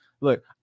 Look